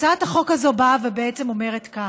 הצעת החוק הזאת באה ואומרת כך: